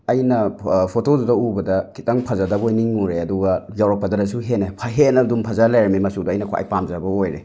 ꯑꯩꯅ ꯐꯣꯇꯣꯗꯨꯗ ꯎꯕꯗ ꯈꯤꯇꯪ ꯐꯖꯗꯕꯣꯏ ꯅꯤꯡꯉꯨꯔꯦ ꯑꯗꯨꯒ ꯌꯧꯔꯛꯄꯗꯅꯁꯨ ꯍꯦꯟꯅ ꯍꯦꯟꯅꯗꯨꯝ ꯐꯖ ꯂꯩꯔꯝꯃꯦ ꯃꯆꯨꯗꯣ ꯑꯩꯅ ꯈ꯭ꯋꯥꯏ ꯄꯥꯝꯖꯕ ꯑꯣꯏꯔꯦ